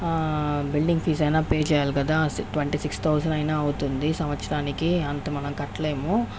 building fees అయిన pay చేయాలి కదా ట్వంటీ సిక్స్ థౌజండ్ అయినా అవుతుంది సంవత్సరానికి అంత మనం కట్టలేము